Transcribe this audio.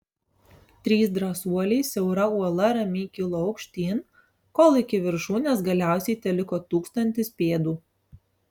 trys drąsuoliai siaura uola ramiai kilo aukštyn kol iki viršūnės galiausiai teliko tūkstantis pėdų